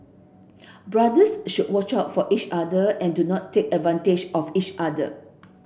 brothers should watch out for each other and do not take advantage of each other